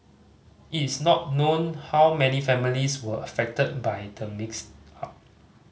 it is not known how many families were affected by the mix up